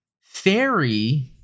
Fairy